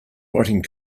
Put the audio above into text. writing